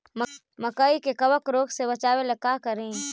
मकई के कबक रोग से बचाबे ला का करि?